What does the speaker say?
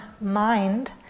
mind